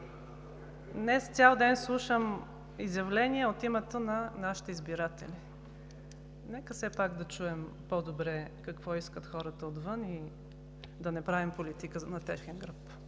Днес цял ден слушам изявления от името на нашите избиратели. Нека все пак да чуем по-добре какво искат хората отвън и да не правим политика на техен гръб.